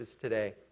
today